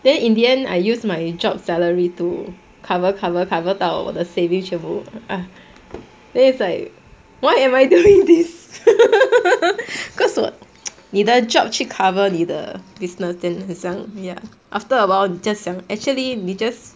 then in the end I use my job salary to cover cover cover 到我的 savings 全部 ah it's like why am I doing this because 我你的 job 去 cover 你的 business then 很像 ya after awhile 你就想 actually it's just